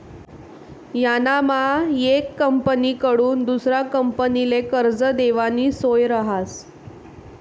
यानामा येक कंपनीकडथून दुसरा कंपनीले कर्ज देवानी सोय रहास